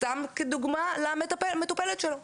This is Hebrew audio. סתם כדוגמה, למטופלת שלו,